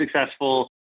successful